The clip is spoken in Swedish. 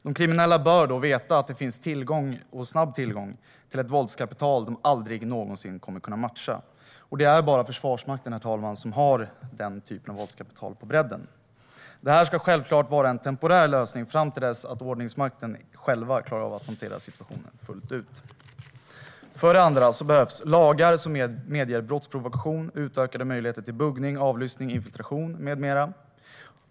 De kriminella bör då veta att det finns tillgång, och snabb sådan, till ett våldskapital de aldrig någonsin kommer att kunna matcha. Det är bara Försvarsmakten som har den typen av våldskapital på bredden, herr talman. Detta ska självklart vara en temporär lösning fram till dess att ordningsmakten själv klarar av att hantera situationen fullt ut. För det andra behövs lagar som medger brottsprovokation och utökade möjligheter till buggning, avlyssning, infiltration med mera.